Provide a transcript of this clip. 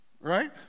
right